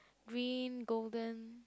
green golden